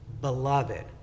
beloved